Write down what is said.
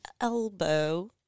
Elbow